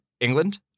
England